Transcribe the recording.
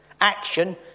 action